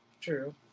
True